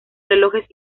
relojes